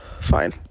fine